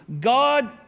God